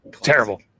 terrible